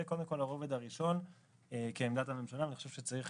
זה הרובד הראשון של עמדת הממשלה, ואני חושב שצריך